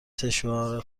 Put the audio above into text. سشوار